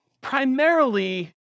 primarily